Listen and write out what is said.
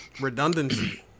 Redundancy